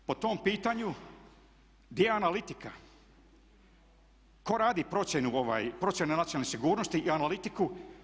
Po tom pitanju di je analitika, ko radi procjene nacionalne sigurnosti i analitiku?